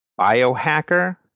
biohacker